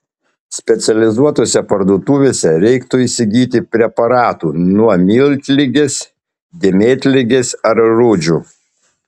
specializuotose parduotuvėse reiktų įsigyti preparatų nuo miltligės dėmėtligės ar rūdžių